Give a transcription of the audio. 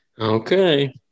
okay